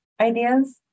ideas